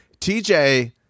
TJ